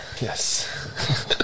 Yes